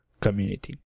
community